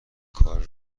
کار